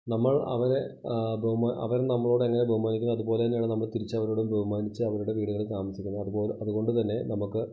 നമ്മൾ അവരെ അവർ നമ്മളോടെങ്ങനെ ബഹുമാനിക്കുന്നതുപോലെ തന്നെയാണ് നമ്മൾ തിരിച്ചവരോട് ബഹുമാനിച്ച് അവരുടെ വീടുകളിൽ താമസിക്കുന്നത് അത് അതുകൊണ്ട് തന്നെ നമുക്ക്